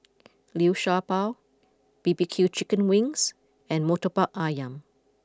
Liu Sha Bao B B Q Chicken Wings and Murtabak Ayam